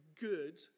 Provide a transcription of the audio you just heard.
good